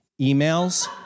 Emails